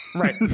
Right